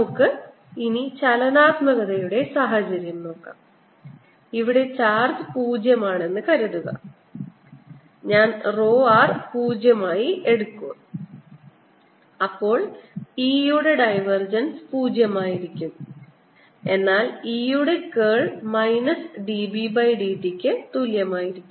നമുക്ക് ചലനാത്മക സാഹചര്യം നോക്കാം ഇവിടെ ചാർജ് 0 ആണെന്ന് കരുതുക ഞാൻ rho r 0 ആയി എടുത്തെന്ന് കരുതുക അപ്പോൾ E യുടെ ഡൈവർജൻസ് 0 ആയിരിക്കും എന്നാൽ E യുടെ curl minus dB by dt ക്ക് തുല്യമാണ്